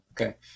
Okay